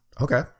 Okay